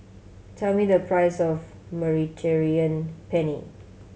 tell me the price of Mediterranean Penne